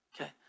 Okay